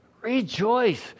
Rejoice